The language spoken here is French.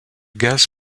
gaz